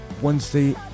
Wednesday